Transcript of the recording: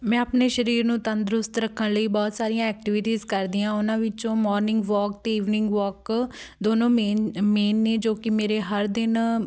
ਮੈਂ ਆਪਣੇ ਸਰੀਰ ਨੂੰ ਤੰਦਰੁਸਤ ਰੱਖਣ ਲਈ ਬਹੁਤ ਸਾਰੀਆਂ ਐਕਟੀਵਿਟੀਜ਼ ਕਰਦੀ ਹਾ ਉਹਨਾਂ ਵਿੱਚੋਂ ਮੋਰਨਿੰਗ ਵੋਕ ਅਤੇ ਈਵਨਿੰਗ ਵੋਕ ਦੋਨੋਂ ਮੇਨ ਮੇਨ ਨੇ ਜੋ ਕਿ ਮੇਰੇ ਹਰ ਦਿਨ